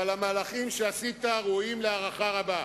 אבל המהלכים שעשית ראויים להערכה רבה.